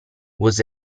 was